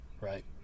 right